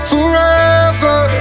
Forever